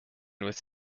with